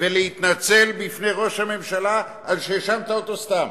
ולהתנצל בפני ראש הממשלה על שהאשמת אותו סתם.